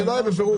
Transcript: זה לא היה בבירור.